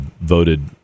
voted